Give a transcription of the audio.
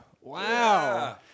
Wow